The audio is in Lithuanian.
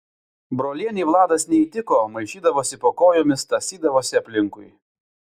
brolienei vladas neįtiko maišydavosi po kojomis tąsydavosi aplinkui